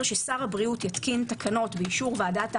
ששר הבריאות יתקין תקנות באישור ועדת העבודה,